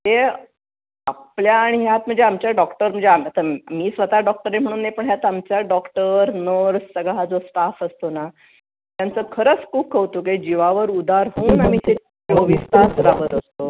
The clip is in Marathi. ते आपल्या आणि ह्यात म्हणजे आमच्या डॉक्टर म्हणजे आम आता मी स्वतः डॉक्टर आहे म्हणून नाही पण ह्यात आमचा डॉक्टर नर्स सगळा हा जो स्टाफ असतो ना त्यांचं खरंच खूप कौतुक आहे जिवावर उदार होऊन आम्ही ते चोवीस तास राबत असतो